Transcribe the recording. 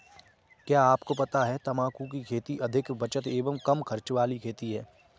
क्या आपको पता है तम्बाकू की खेती अधिक बचत एवं कम खर्च वाली खेती है?